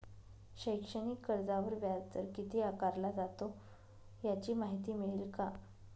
शैक्षणिक कर्जावर व्याजदर किती आकारला जातो? याची माहिती मिळेल का?